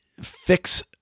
fix